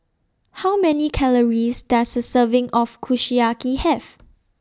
How Many Calories Does A Serving of Kushiyaki Have